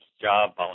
job